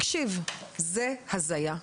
תקשיב, זאת הזיה.